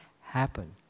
happen